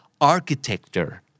architecture